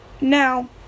Now